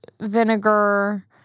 vinegar